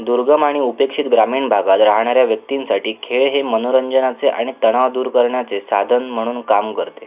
दुर्गम आणि उपेक्षित ग्रामीण भागात राहणाऱ्या व्यक्तींसाठी खेळ हे मनोरंजनाचे आणि तणाव दूर करण्याचे साधन म्हणून काम करते